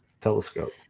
telescope